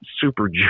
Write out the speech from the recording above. super